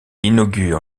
inaugure